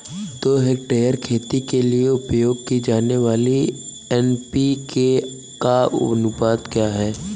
दो हेक्टेयर खेती के लिए उपयोग की जाने वाली एन.पी.के का अनुपात क्या है?